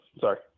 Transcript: Sorry